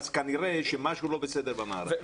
כנראה שמשהו לא בסדר במערכת.